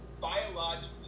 biologically